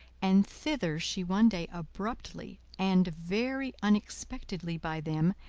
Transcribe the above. and thither she one day abruptly, and very unexpectedly by them,